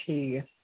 ठीक ऐ